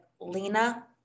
Lena